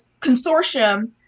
Consortium